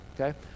okay